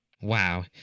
Wow